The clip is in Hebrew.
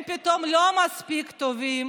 הם פתאום לא מספיק טובים